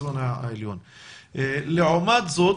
לעומת זאת